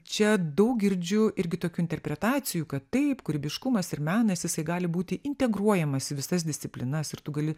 čia daug girdžiu irgi tokių interpretacijų kad taip kūrybiškumas ir menas jisai gali būti integruojamas į visas disciplinas ir tu gali